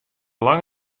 lang